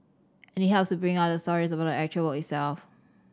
and it helps to bring out the stories about the actual work itself